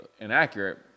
inaccurate